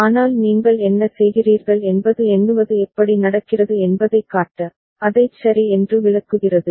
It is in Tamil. ஆனால் நீங்கள் என்ன செய்கிறீர்கள் என்பது எண்ணுவது எப்படி நடக்கிறது என்பதைக் காட்ட அதைச் சரி என்று விளக்குகிறது